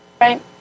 Right